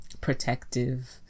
protective